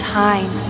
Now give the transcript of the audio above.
time